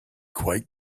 quite